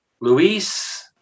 Luis